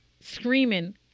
Screaming